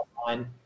online